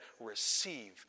Receive